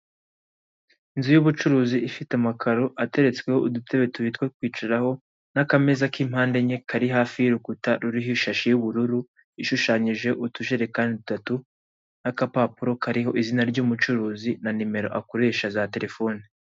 Inzu y'ubucuruzi ifite amakaro ateretsweho udutebe tubiri two kwicaraho, n'akameza k'impande enye, kari hafi y'urukuta ruriho ishashi y'ubururu ishushanyije utujerekani dutatu, n'akapapuro kariho izina ry'umucuruzi na nimero akoresha za telefone.